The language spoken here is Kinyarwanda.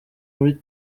muri